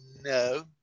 No